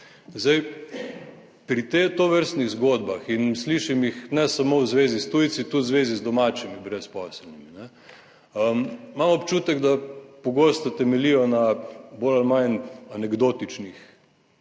Zdaj pri teh tovrstnih zgodbah in slišim jih ne samo v zvezi s tujci, tudi v zvezi z domačimi brezposelnimi. Imam občutek, da pogosto temeljijo na bolj ali manj anekdotičnih